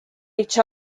each